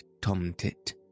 tomtit